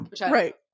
Right